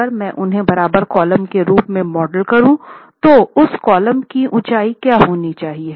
अगर मैं उन्हें बराबर कॉलम के रूप में मॉडल करूं तो उस कॉलम की ऊंचाई क्या होनी चाहिए